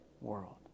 world